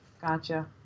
Gotcha